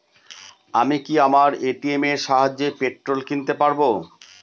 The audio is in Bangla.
আমি কি আমার এ.টি.এম এর সাহায্যে পেট্রোল কিনতে পারব?